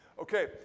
Okay